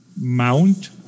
mount